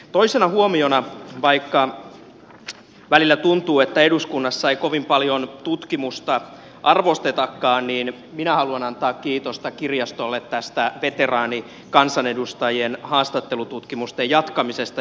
toisena huomiona vaikka välillä tuntuu että eduskunnassa ei kovin paljon tutkimusta arvostetakaan minä haluan antaa kiitosta kirjastolle tästä veteraanikansanedustajien haastattelututkimusten jatkamisesta